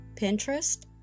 Pinterest